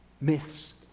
myths